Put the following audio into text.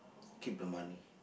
keep the money